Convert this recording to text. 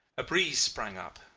a breeze sprang up,